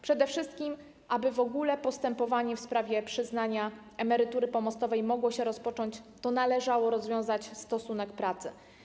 Przede wszystkim aby w ogóle postępowanie w sprawie przyznania emerytury pomostowej mogło się rozpocząć, należało rozwiązać stosunek pracy.